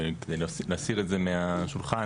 כדי להסיר את זה מהשולחן,